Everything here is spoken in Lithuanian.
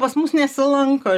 pas mus nesilanko